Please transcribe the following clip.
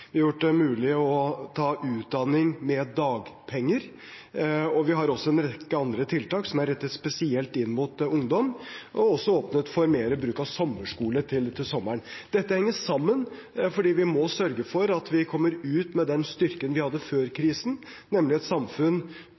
Vi har gjort det mulig å ta utdanning med dagpenger. Vi har en rekke andre tiltak som er rettet spesielt inn mot ungdom, og har også åpnet for mer bruk av sommerskoler til sommeren. Dette henger sammen, fordi vi må sørge for at vi kommer ut med den styrken vi hadde før krisen, nemlig et samfunn